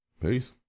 peace